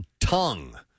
tongue